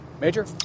Major